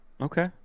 Okay